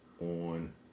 on